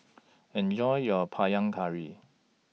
Enjoy your Panang Curry